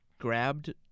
grabbed